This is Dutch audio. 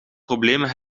problemen